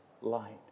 light